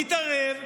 נתערב,